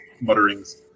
mutterings